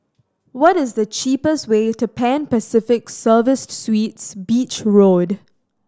what is the cheapest way to Pan Pacific Serviced Suites Beach Road